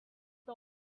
stall